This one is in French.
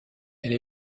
elle